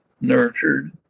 nurtured